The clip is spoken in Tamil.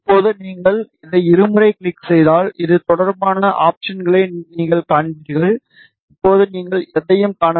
இப்போது நீங்கள் இதை இருமுறை கிளிக் செய்தால் இது தொடர்பான ஆப்ஷன்களை நீங்கள் காண்பீர்கள் இப்போது நீங்கள் எதையும் காணவில்லை